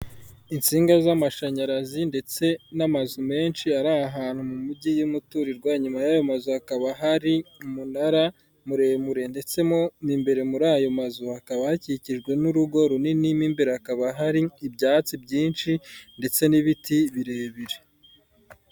Insinga z'amashanyarazi ndetse n'amazu menshi ari ahantu mu mujyi y'umuturirwa, inyuma y'ayo mazu hakaba hari umunara muremure ndetse mo imbere muri ayo mazu hakaba hakikijwe n'urugo runini, mo imbere hakaba hari ibyatsi byinshi ndetse n'ibiti birebire.